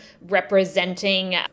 representing